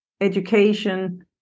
education